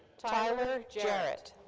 tyler jarrett.